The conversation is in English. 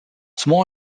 small